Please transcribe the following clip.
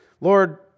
Lord